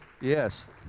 Yes